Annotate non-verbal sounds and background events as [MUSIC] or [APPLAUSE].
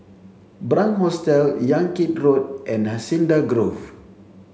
[UNINTELLIGIBLE] Hostel Yan Kit Road and Hacienda Grove